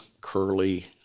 curly